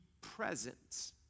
present